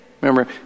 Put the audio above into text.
remember